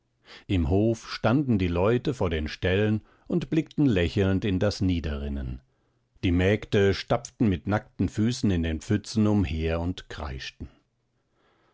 im hof standen die leute vor den ställen und blickten lächelnd in das niederrinnen die mägde stapften mit nackten füßen in den pfützen umher und kreischten